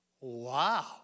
Wow